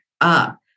up